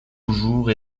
toujours